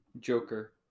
Joker